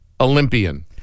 Olympian